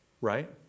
Right